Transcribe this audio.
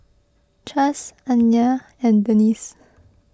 Chas Anaya and Denise